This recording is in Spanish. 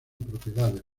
propiedades